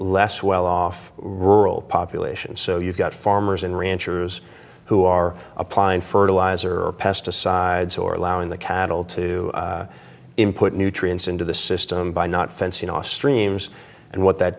less well off rural population so you've got farmers and ranchers who are applying fertiliser or pesticides or allowing the cattle to input nutrients into the system by not fencing off streams and what that